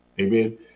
Amen